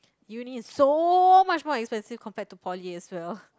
uni is so much more expensive compared to poly as well